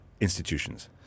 institutions